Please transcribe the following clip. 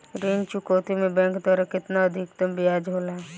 ऋण चुकौती में बैंक द्वारा केतना अधीक्तम ब्याज होला?